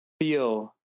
feel